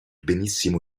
benissimo